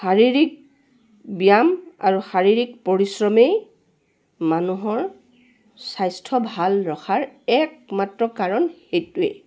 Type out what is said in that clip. শাৰীৰিক ব্যায়াম আৰু শাৰীৰিক পৰিশ্ৰমেই মানুহৰ স্বাস্থ্য ভাল ৰখাৰ একমাত্ৰ কাৰণ সেইটোৱে